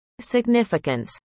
Significance